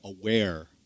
aware